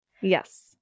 Yes